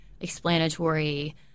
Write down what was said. explanatory